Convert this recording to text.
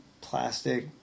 plastic